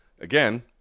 Again